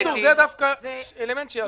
בקיצור, זה דווקא אלמנט שיעזור לעסקים הקטנים.